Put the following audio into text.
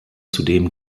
zudem